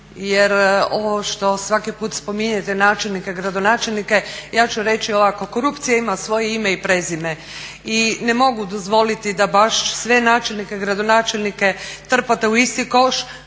jer ovo što svaki put spominjete načelnike, gradonačelnike, ja ću reći ovako. Korupcija ima svoje ime i prezime i ne mogu dozvoliti da baš sve načelnike, gradonačelnike trpate u isti koš.